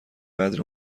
قدر